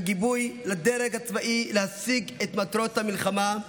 גיבוי לדרג הצבאי להשיג את מטרות המלחמה,